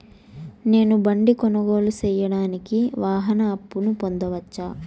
నేను బండి కొనుగోలు సేయడానికి వాహన అప్పును పొందవచ్చా?